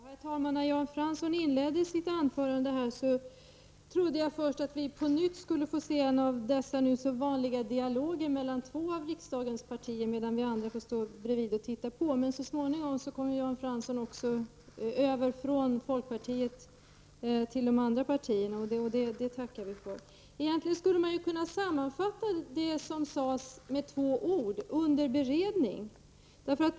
Herr talman! När Jan Fransson inledde sitt anförande trodde jag att vi på nytt skulle få ta del av en dialog, en numera vanlig företeelse, mellan två av riksdagens partier, medan vi andra bara skulle få titta på. Men så småningom lämnade Jan Fransson folkpartiet och vände sig till de andra partierna. Det tackar vi för. Egentligen skulle det som sades kunna sammanfattas med två ord: under beredning.